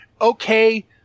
Okay